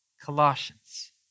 Colossians